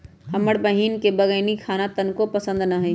हमर बहिन के बईगन खाना तनको पसंद न हई